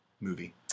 movie